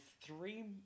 three